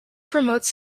promotes